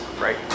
right